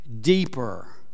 deeper